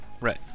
Right